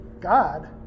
God